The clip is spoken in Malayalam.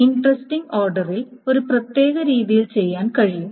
ഇന്ട്രെസ്റ്റിംഗ് ഓർഡറിൽ ഒരു പ്രത്യേക രീതിയിൽ ചെയ്യാൻ കഴിയും